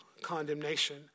condemnation